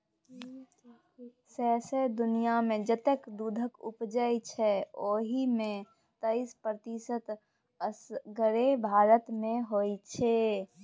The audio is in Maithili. सौंसे दुनियाँमे जतेक दुधक उपजै छै ओहि मे तैइस प्रतिशत असगरे भारत मे होइ छै